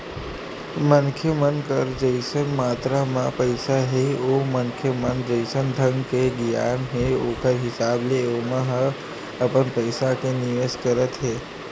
मनखे मन कर जइसन मातरा म पइसा हे ओ मनखे म जइसन ढंग के गियान हे ओखर हिसाब ले ओमन ह अपन पइसा के निवेस करत हे